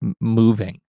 moving